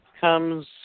comes